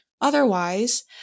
Otherwise